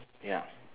ya